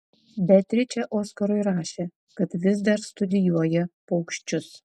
beatričė oskarui rašė kad vis dar studijuoja paukščius